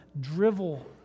drivel